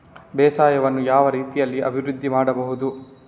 ಬೇಸಾಯವನ್ನು ಯಾವ ರೀತಿಯಲ್ಲಿ ಅಭಿವೃದ್ಧಿ ಮಾಡಬಹುದು?